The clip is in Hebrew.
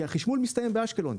כי החשמול מסתיים באשקלון.